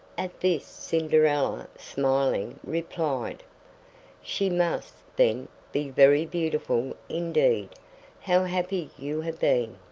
at this cinderella, smiling, replied she must, then, be very beautiful indeed how happy you have been!